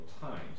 times